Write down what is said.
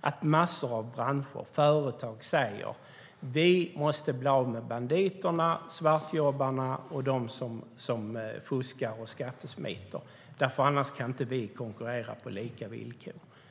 att massor av branscher och företag säger att de måste bli av med banditerna, svartjobbarna och dem som fuskar och skattesmiter, för annars kan de inte konkurrera på lika villkor.